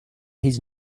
his